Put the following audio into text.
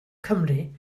cymru